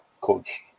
Coach